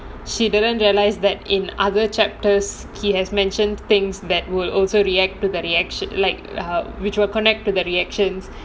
she didn't realise that in other chapters he has mentioned things that will also react to that reaction like a which were connected the reactions